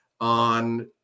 on